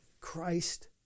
Christ